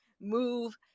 move